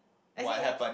as in it